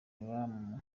iryn